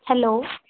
hello